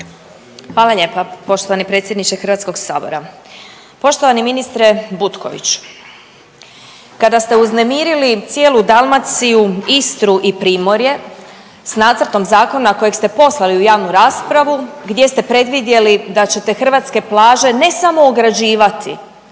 Hvala lijepa poštovani predsjedniče HS-a. Poštovani ministre Butković. Kada ste uznemirili cijelu Dalmaciju, Istru i Primorje s nacrtom zakona kojeg ste poslali u javnu raspravu gdje ste predvidjeli da ćete hrvatske plaže ne samo ograđivati